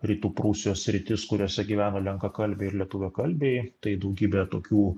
rytų prūsijos sritis kuriose gyveno lenkakalbiai ir lietuviakalbiai tai daugybė tokių